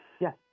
Yes